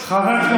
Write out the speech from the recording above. חבר הכנסת